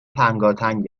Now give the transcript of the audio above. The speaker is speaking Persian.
تنگاتنگ